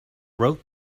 wrote